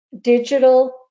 digital